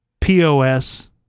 POS